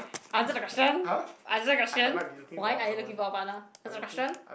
answer the question answer the question why are you looking for a partner answer the question